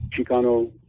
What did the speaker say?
Chicano